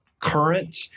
current